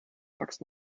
bugs